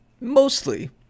mostly